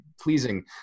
pleasing